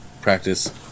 practice